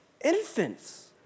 infants